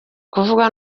kuvuga